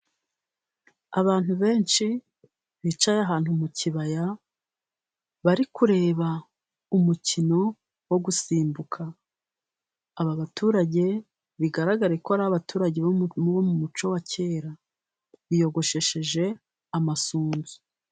Abantu benshi bicaye ahantu mu kibaya bari kureba umukino wo gusimbuka. Aba baturage bigaragare ko ari abaturage bo mu muco wa kera, biyogoshesheje amasunzu.